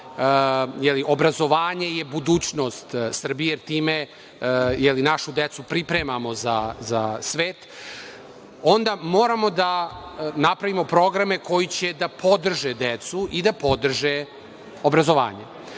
je obrazovanje budućnost Srbije, jer time našu decu pripremamo za svet, onda moramo napravimo programe koji će da podrže decu i da podrže obrazovanje.